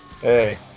Hey